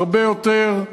הרבה יותר.